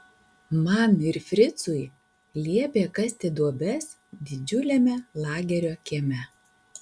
man ir fricui liepė kasti duobes didžiuliame lagerio kieme